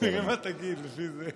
השרה מאי, שיהיה לך בהצלחה.